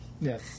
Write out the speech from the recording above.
Yes